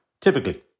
typically